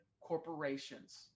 corporations